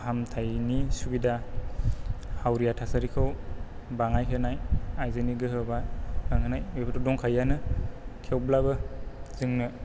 फाहामथायनि सुबिदा हावरिया थासारिखौ बाङाय होनाय आयजोनि गोहो बा बांहोनाय बेबोथ' दंखायोयानो थेवब्लाबो जोंनो